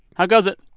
how goes it?